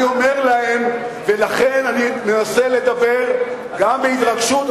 אני אומר להם ולכן אני מנסה לדבר גם בהתרגשות,